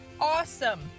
awesome